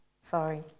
Sorry